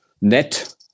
net